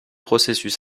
processus